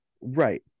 Right